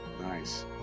Nice